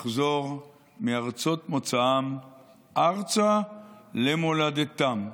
לחזור מארצות מוצאם ארצה למולדתם.